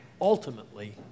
ultimately